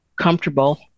comfortable